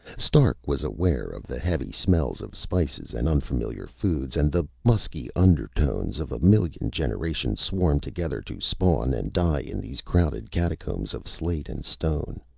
stark was aware of the heavy smells of spices and unfamiliar foods, and the musky undertones of a million generations swarmed together to spawn and die in these crowded catacombs of slate and stone.